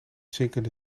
zinkende